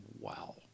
wow